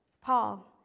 Paul